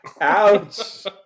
Ouch